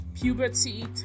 puberty